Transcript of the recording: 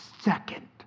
second